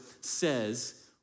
says